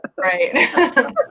Right